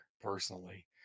personally